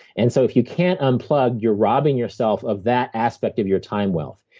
and so if you can't unplug, you're robbing yourself of that aspect of your time wealth.